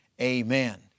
Amen